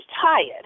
tired